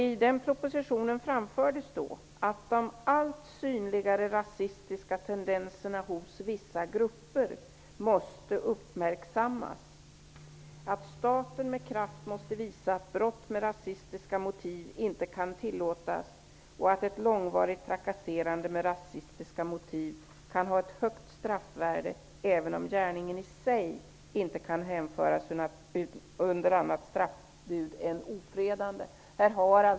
I den propositionen framfördes att de allt synligare rasistiska tendenserna hos vissa grupper måste uppmärksammas, att staten med kraft måste visa att brott med rasistiska motiv inte kan tillåtas och att ett långvarigt trakasserande med rasistiska motiv kan ha ett högt straffvärde även om gärningen i sig inte kan hänföras under annat straffbud än ofredande.